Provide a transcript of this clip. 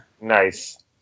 Nice